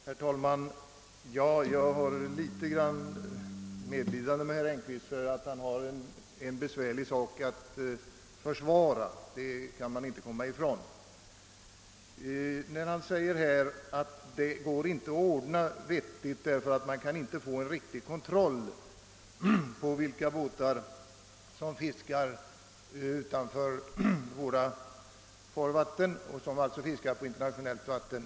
Herr talman! Jag känner litet medlidande med herr Engkvist för att han har en besvärlig sak att försvara — det kan man inte komma ifrån. Han säger att det inte går att lösa detta problem på ett vettigt sätt, därför att man inte kan få en riktig kontroll på vilka båtar som fiskar utanför våra farvatten, d. v. s. på internationellt vatten.